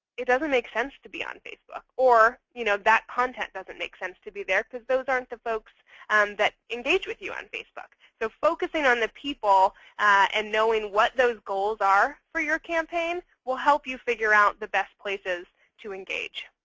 it doesn't make sense to be on facebook. or you know that content doesn't make sense to be there, because those aren't the folks that engage with you on facebook. so focusing on the people and knowing what those goals are for your campaign will help you figure out the best places to engage.